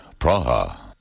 Praha